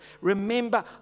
Remember